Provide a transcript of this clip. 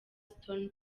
stone